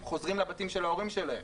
הם חוזרים לבתים של ההורים שלהם,